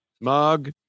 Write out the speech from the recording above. mug